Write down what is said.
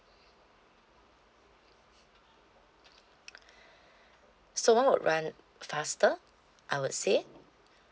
so one would run faster I would say